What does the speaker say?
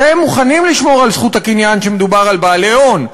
אתם מוכנים לשמור על זכות הקניין כשמדובר על בעלי הון,